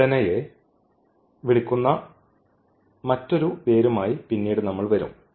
ഈ ഘടനയെ വിളിക്കുന്ന മറ്റൊരു പേരുമായി പിന്നീട് നമ്മൾ വരും